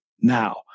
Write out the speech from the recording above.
now